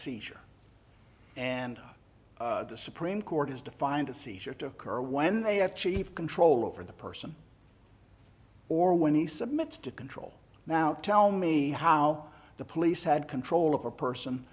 seizure and the supreme court has defined a seizure to occur when they achieve control over the person or when he submits to control now tell me how the police had control of a person